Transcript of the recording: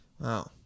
Wow